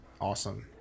awesome